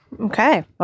Okay